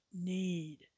need